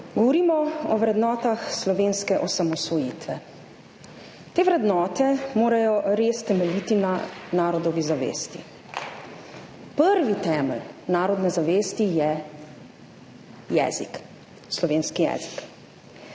Govorimo o vrednotah slovenske osamosvojitve. Te vrednote morajo res temeljiti na narodovi zavesti. Prvi temelj narodne zavesti je jezik, slovenski jezik.